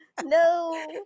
No